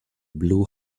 blue